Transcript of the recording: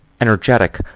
energetic